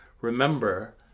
remember